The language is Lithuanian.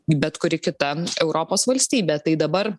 bet kuri kita europos valstybė tai dabar